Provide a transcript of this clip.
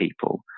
people